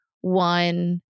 one